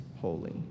holy